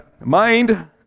mind